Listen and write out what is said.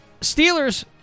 Steelers